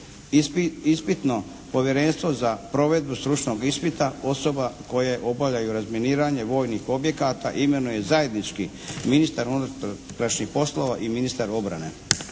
Ispitno povjerenstvo za provedbu stručnog ispita osoba koje obavljaju razminiranje vojnih objekata imenuje zajednički ministar unutrašnjih poslova i ministar obrane.